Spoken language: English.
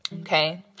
Okay